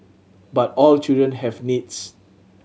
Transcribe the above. but all children have needs